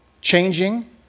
changing